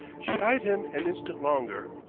she eyed him an instant longer,